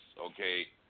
Okay